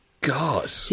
God